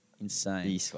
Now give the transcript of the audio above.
Insane